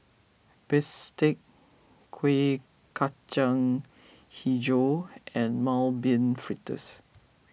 Bistake Kuih Kacang HiJau and Mung Bean Fritters